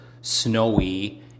snowy